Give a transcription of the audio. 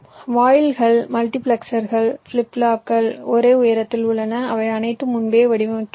வாயில்கள் மல்டிபிளெக்சர்கள் flip flops ஒரே உயரத்தில் உள்ளன அவை அனைத்தும் முன்பே வடிவமைக்கப்பட்டவை